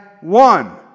one